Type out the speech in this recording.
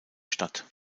statt